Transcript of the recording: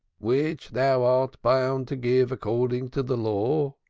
which thou art bound to give according to the law?